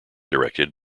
directed